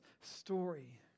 story